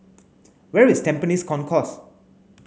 where is Tampines Concourse